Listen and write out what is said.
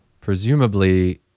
presumably